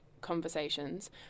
conversations